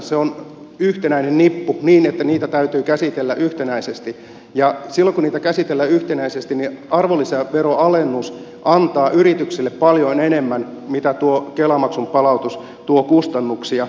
se on yhtenäinen nippu niin että niitä täytyy käsitellä yhtenäisesti ja silloin kun niitä käsitellään yhtenäisesti niin arvonlisäveron alennus antaa yrityksille paljon enemmän kuin tuo kela maksun palautus tuo kustannuksia